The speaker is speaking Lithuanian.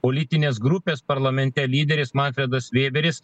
politinės grupės parlamente lyderis manfredas vėberis